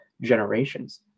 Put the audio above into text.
generations